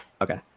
Okay